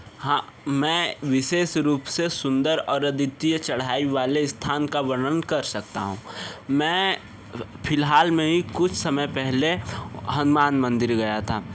हाँ मैं विशेष रूप से सुंदर और आदित्य चढ़ाई वाले स्थान का वर्णन कर सकता हूँ मैं फ़िलहाल में ही कुछ समय पहले हनुमान मंदिर गया था